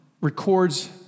records